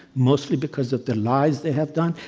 mostly because of the lies they have done,